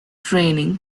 training